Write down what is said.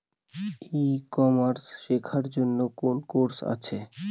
ই commerce শেক্ষার জন্য কোন কোর্স আছে?